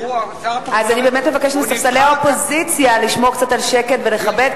אז אני באמת מבקשת מספסלי האופוזיציה לשמור קצת על שקט ולכבד,